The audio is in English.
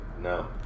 no